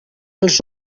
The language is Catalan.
els